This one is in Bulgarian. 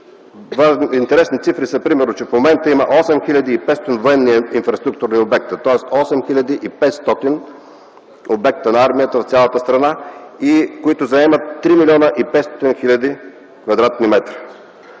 Интересни цифри са примерно, че в момента има 8500 военни инфраструктурни обекта, тоест 8500 обекта на армията в цялата страна, които заемат 3 млн. 500 хил.